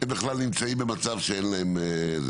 הם בכלל נמצאים במצב שאין להם.